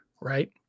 right